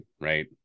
right